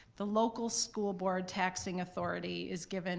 the local school board taxing authority is given